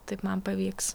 taip man pavyks